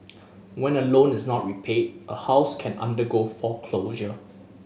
when a loan is not repaid a house can undergo foreclosure